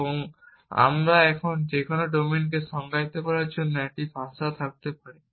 এবং আমরা এখন যে কোনো ডোমেনকে সংজ্ঞায়িত করার জন্য একটি ভাষা থাকতে পারি